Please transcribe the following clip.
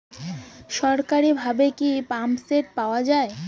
সরকারিভাবে কি পাম্পসেট পাওয়া যায়?